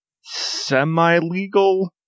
semi-legal